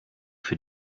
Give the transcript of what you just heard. für